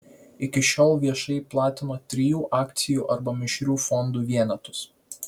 iki šiol viešai platino trijų akcijų arba mišrių fondų vienetus